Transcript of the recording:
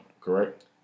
correct